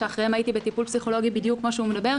שאחריהם הייתי בטיפול פסיכולוגי בדיוק כפי שהוא הציג.